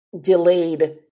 delayed